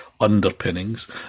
underpinnings